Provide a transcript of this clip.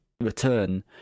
return